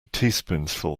teaspoonsful